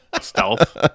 Stealth